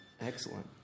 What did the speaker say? Excellent